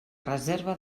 reserva